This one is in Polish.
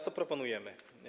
Co proponujemy?